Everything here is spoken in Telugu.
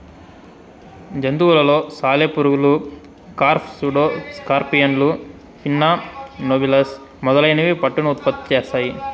జంతువులలో సాలెపురుగులు, కార్ఫ్, సూడో స్కార్పియన్లు, పిన్నా నోబిలస్ మొదలైనవి పట్టును ఉత్పత్తి చేస్తాయి